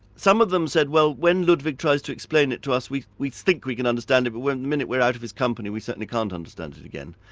some of them said, well when ludwig tries to explain it to us we we think we can understand it, but the minute we're out of his company, we certainly can't understand it again.